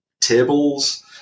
tables